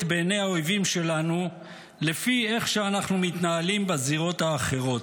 בעיני האויבים שלנו לפי איך שאנחנו מתנהלים בזירות האחרות.